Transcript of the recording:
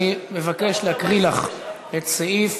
אני מבקש להקריא לך את סעיף